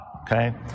okay